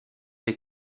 les